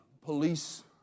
police